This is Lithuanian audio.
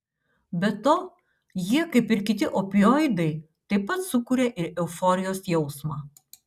be to jie kaip ir kiti opioidai taip pat sukuria ir euforijos jausmą